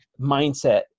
mindset